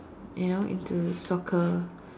you know into soccer